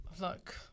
look